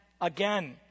again